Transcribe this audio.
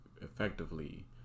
effectively